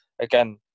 again